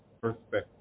perspective